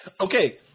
Okay